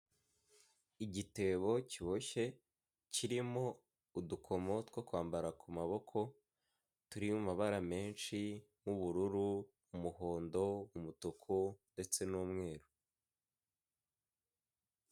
Igitebo kiboshye kirimo udukomo two kwambara ku maboko turi amabara menshi nk'ubururu, umuhondo, umutuku, ndetse n'umweru.